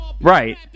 right